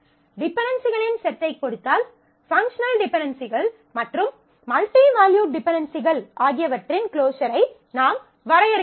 டிபென்டென்சிகளின் செட்டைக் கொடுத்தால் பங்க்ஷனல் டிபென்டென்சிகள் மற்றும் மல்டி வேல்யூட் டிபென்டென்சிகள் ஆகியவற்றின் க்ளோஸர் ஐ நாம் வரையறுக்கலாம்